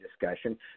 discussion